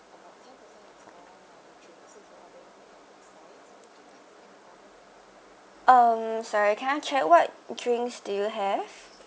um sorry can I check what drinks do you have